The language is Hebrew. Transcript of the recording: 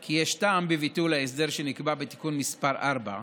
כי יש טעם בביטול ההסדר שנקבע בתיקון מס' 4,